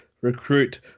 recruit